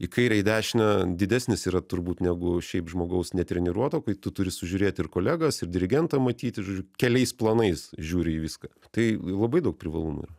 į kairę į dešinę didesnis yra turbūt negu šiaip žmogaus netreniruoto kai tu turi sužiūrėti ir kolegas ir dirigentą matyti žodžiu keliais planais žiūri į viską tai labai daug privalumų yra